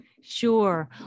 Sure